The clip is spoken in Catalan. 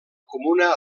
comuna